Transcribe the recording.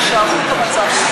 אם יישארו במצב,